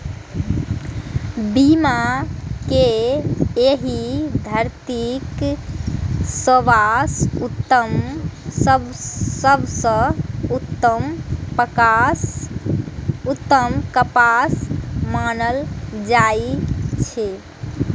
पीमा कें एहि धरतीक सबसं उत्तम कपास मानल जाइ छै